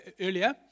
earlier